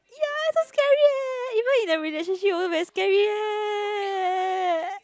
ya so scary eh even in a relationship also very scary eh